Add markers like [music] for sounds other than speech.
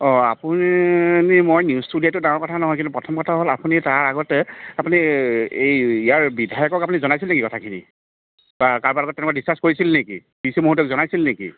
অ আপুনি এনে মই নিউজটো দিয়াটো ডাঙৰ কথা নহয় কিন্তু প্ৰথম কথা হ'ল আপুনি তাৰ আগতে আপুনি এ এই ইয়াৰ বিধায়কক আপুনি জনাইছিল নেকি কথাখিনি কা কাৰবাৰ লগত তেনেকৈ ডিস্কাছ কৰিছিল নেকি [unintelligible] জনাইছিল নেকি